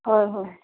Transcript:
ꯍꯣꯏ ꯍꯣꯏ